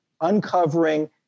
uncovering